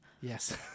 Yes